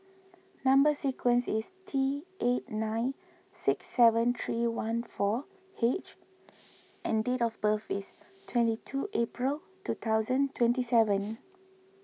Number Sequence is T eight nine six seven three one four H and date of birth is twenty two April two thousand twenty seven